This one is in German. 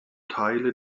teile